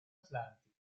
atlantica